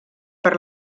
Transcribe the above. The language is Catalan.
per